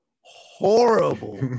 horrible